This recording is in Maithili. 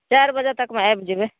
चारि बजे तकमे आबि जेबै